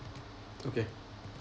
okay